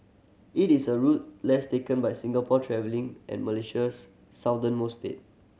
it is a route less taken by Singapore travelling and Malaysia's southernmost state